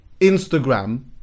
Instagram